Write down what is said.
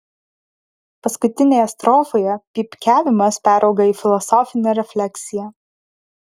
paskutinėje strofoje pypkiavimas perauga į filosofinę refleksiją